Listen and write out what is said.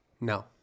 No